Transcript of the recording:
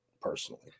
personally